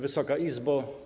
Wysoka Izbo!